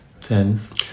Tense